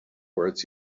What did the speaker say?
words